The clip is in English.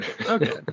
Okay